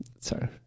Sorry